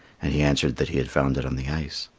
and he answered that he had found it on the ice.